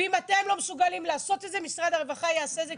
ואם אתם לא מסוגלים לעשות את זה משרד הרווחה יעשה את זה,